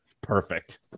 Perfect